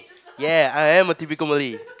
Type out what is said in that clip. ya I am a typical Malay